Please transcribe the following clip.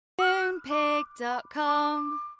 Moonpig.com